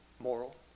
moral